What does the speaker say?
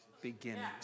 beginnings